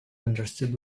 understood